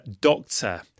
doctor